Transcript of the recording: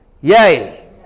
Yay